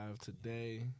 today